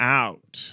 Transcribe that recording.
out